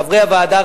חברי הוועדה,